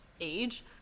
age